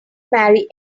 marry